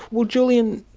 well julian,